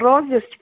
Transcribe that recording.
rose ಎಷ್ಟು